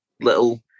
little